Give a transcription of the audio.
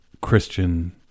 Christian